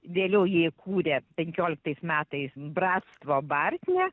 vėliau jie įkūrė penkioliktais metais brastvo bartne